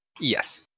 Yes